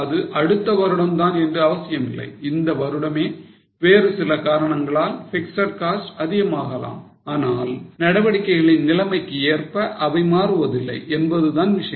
அது அடுத்த வருடம் தான் என்று அவசியமில்லை இந்த வருடமே வேறு சில காரணங்களால் பிக்ஸட் காஸ்ட் அதிகமாகலாம் ஆனால் நடவடிக்கைகளின் நிலைக்கு ஏற்ப அவை மாறுவதில்லை என்பதுதான் விஷயம்